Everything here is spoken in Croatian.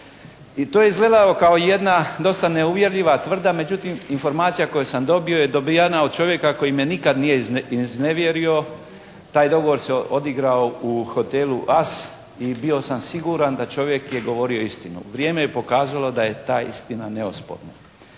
I to je izgledalo kao jedna dosta neuvjerljiva tvrdnja, međutim informacija koju sam dobio je dobijena od čovjeka koji me nikada nije iznevjerio, taj dogovor se odigrao u hotelu "As" i bio sam siguran da čovjek je govorio istinu. Vrijeme je pokazalo da je ta istina neosporna.